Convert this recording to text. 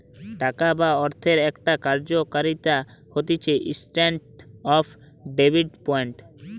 টাকা বা অর্থের একটা কার্যকারিতা হতিছেস্ট্যান্ডার্ড অফ ডেফার্ড পেমেন্ট